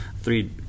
three